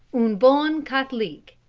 un bon catholique.